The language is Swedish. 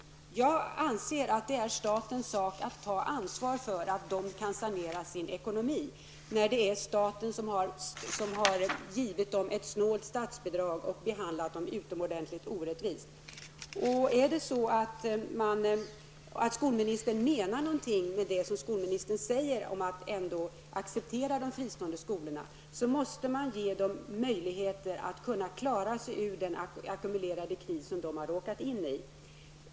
Jag anser att det är statens sak att ta ansvar för att de kan sanera sin ekonomi när det är staten som har givit dem ett snålt statsbidrag och behandlat dem utomordentligt orättvist. Om skolministern menar någonting med vad han säger om att acceptera de fristående skolorna, måste han ge dem möjligheter att klara sig ur den ackumulerade kris som de har råkat in i.